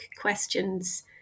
questions